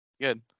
good